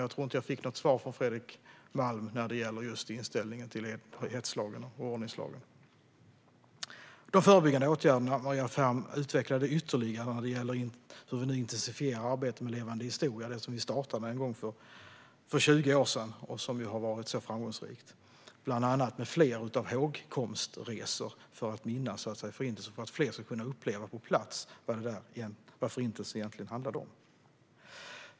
Jag tror inte att jag fick något svar från Fredrik Malm om inställningen till hetslagen och ordningslagen. Maria Ferm utvecklade ytterligare de förebyggande åtgärderna när det gäller hur arbetet med levande historia intensifieras. Forum för levande historia inrättades för 20 år sedan, och det har varit framgångsrikt, bland annat med fler hågkomstresor för att minnas Förintelsen, för att fler ska kunna uppleva på plats det som Förintelsen handlade om.